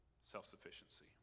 self-sufficiency